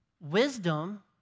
Wisdom